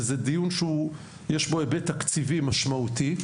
וזה דיון שיש בו היבט תקציבי משמעותי,